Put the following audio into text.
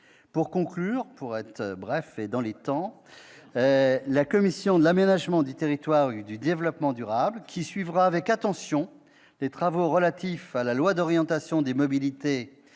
Pour conclure, afin de rester dans le temps qui m'a été imparti, la commission de l'aménagement du territoire et du développement durable, qui suivra avec attention les travaux relatifs à la loi d'orientation sur les mobilités